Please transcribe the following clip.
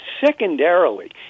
secondarily